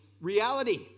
reality